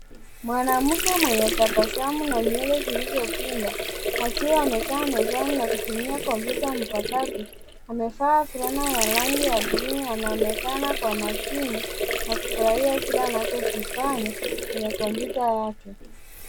Mwanamke mwenye tabasamu na nywele zilizopinda, akiwa amekaa mezani na kutumia kompyuta mpakato, amevaa fulana ya rangi ya bluu anaonekana kwa makini na kufurahia kila anachokifanya, kwenye kompyuta yake.